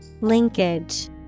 Linkage